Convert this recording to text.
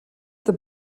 this